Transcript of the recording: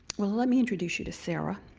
well, let me introduce you to sarah.